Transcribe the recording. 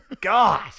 God